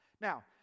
Now